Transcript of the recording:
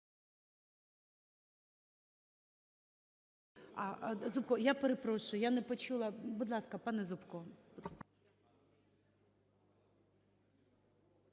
Зубко, я перепрошую, я не почула. Будь ласка, пане Зубко.